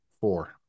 four